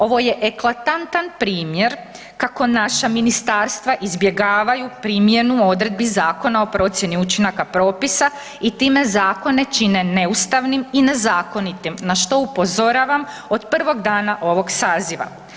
Ovo je eklatantan primjer kako naša ministarstva izbjegavaju primjenu odredbi Zakona o procjeni učinaka propisa i time zakone čine neustavnim i nezakonitim na što upozoravam od prvog dana ovog saziva.